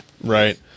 Right